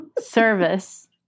Service